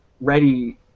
ready